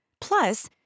Plus